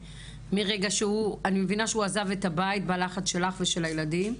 מרגע שהוא אני מבינה עזב את הבית בלחץ שלך ושל הילדים,